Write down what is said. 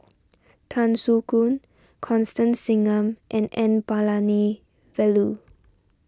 Tan Soo Khoon Constance Singam and N Palanivelu